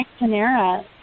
Panera